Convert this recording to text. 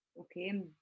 okay